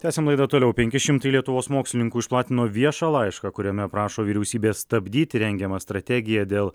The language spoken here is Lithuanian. tęsiam laidą toliau penki šimtai lietuvos mokslininkų išplatino viešą laišką kuriame prašo vyriausybės stabdyti rengiamą strategiją dėl